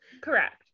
Correct